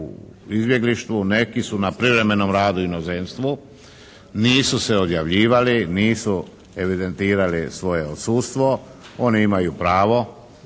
izbjeglištvu. Neki su na privremenom radu u inozemstvu, nisu se odjavljivali, nisu evidentirali svoje odsustvo. Oni imaju pravo